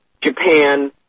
Japan